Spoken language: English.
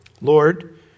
Lord